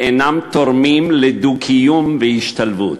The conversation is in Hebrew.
שאינם תורמים לדו-קיום והשתלבות.